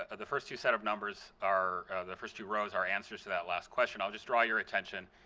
ah the first few sets of numbers are the first two rows are answers to that last question. i'll just draw your attention